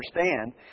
understand